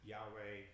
Yahweh